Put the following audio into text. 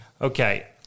Okay